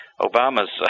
Obama's